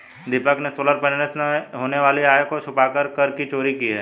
दीपक ने solar panel से होने वाली आय को छुपाकर कर की चोरी की है